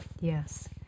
Yes